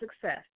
success